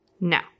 No